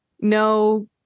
No